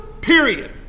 Period